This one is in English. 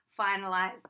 finalize